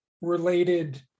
related